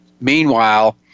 meanwhile